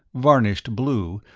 varnished blue,